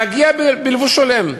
להגיע בלבוש הולם.